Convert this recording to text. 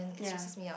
ya